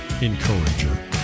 encourager